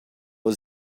was